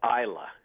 Isla